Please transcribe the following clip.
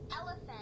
Elephant